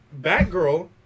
Batgirl